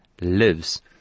lives